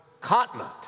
continent